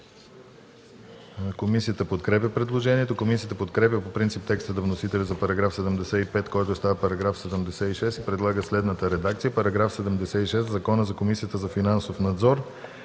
Комисията подкрепя предложението. Комисията подкрепя по принцип текста на вносителя за § 75, който става § 76, и предлага следната редакция: „§ 76. В Закона за Комисията за финансов надзор